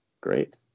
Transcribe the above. great